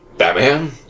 Batman